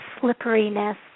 slipperiness